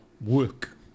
work